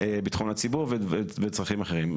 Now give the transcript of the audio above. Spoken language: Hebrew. ביטחון הציבור וצרכים אחרים.